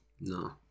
No